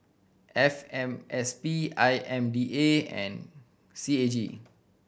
F M S P I M D A and C A G